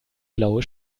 blaue